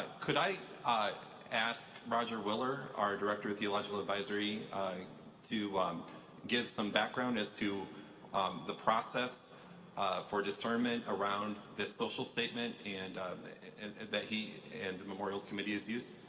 could i ask roger willer or director of theological advisory to give some background as to the process for discernment around this social statement and that he and the memorials committee has used?